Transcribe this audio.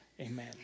Amen